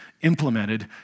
implemented